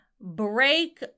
break